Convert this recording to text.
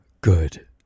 Good